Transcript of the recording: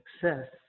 success